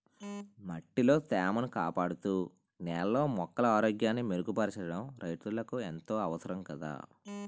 మట్టిలో తేమను కాపాడుతూ, నేలలో మొక్కల ఆరోగ్యాన్ని మెరుగుపరచడం రైతులకు ఎంతో అవసరం కదా